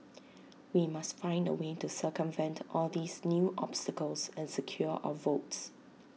we must find A way to circumvent all these new obstacles and secure our votes